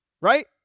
Right